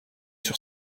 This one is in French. sur